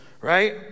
right